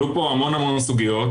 עלו פה המון סוגיות,